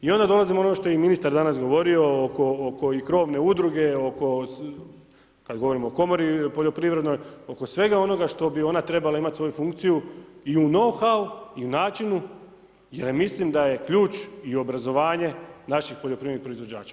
I onda dolazimo do onog što je i ministar danas govorio oko i krovne udruge, kada govorimo o komori poljoprivrednoj, oko svega onoga što bi ona trebala imati svoju funkciju i u nouhau i u načinu jer mislim da je ključ i obrazovanje naših poljoprivrednih proizvođača.